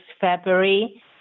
February